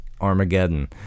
armageddon